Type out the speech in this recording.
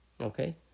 Okay